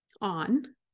on